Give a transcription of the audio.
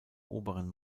oberen